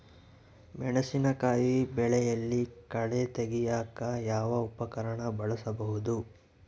ಮೆಣಸಿನಕಾಯಿ ಬೆಳೆಯಲ್ಲಿ ಕಳೆ ತೆಗಿಯಾಕ ಯಾವ ಉಪಕರಣ ಬಳಸಬಹುದು?